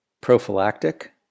prophylactic